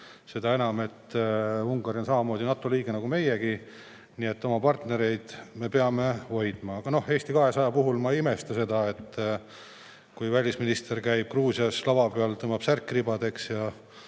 Seda enam, et Ungari on samamoodi NATO liige nagu meiegi. Nii et oma partnereid me peame hoidma. Aga Eesti 200 puhul ma ei imesta. Välisminister käib Gruusias lava peal, tõmbab särki ribadeks ja